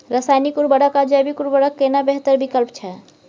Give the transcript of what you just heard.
रसायनिक उर्वरक आ जैविक उर्वरक केना बेहतर विकल्प छै?